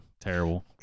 terrible